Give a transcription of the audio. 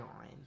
on